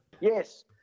Yes